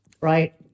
right